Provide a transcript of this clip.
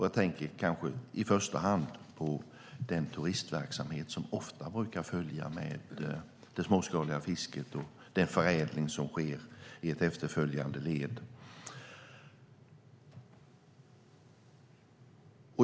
Jag tänker kanske i första hand på den turistverksamhet som ofta brukar följa med det småskaliga fisket och den förädling som sker i ett efterföljande led.